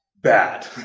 Bad